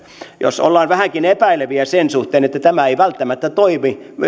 jos ollaan vähänkin epäileviä sen suhteen että tämä ei välttämättä toimi